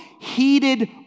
heated